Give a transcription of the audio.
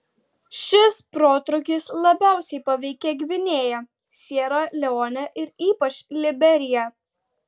šis protrūkis labiausiai paveikė gvinėją siera leonę ir ypač liberiją